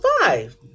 five